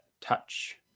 touch